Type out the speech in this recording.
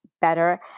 better